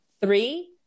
Three